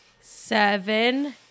seven